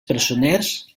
presoners